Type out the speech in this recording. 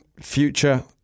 future